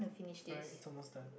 well it's almost done